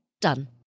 Done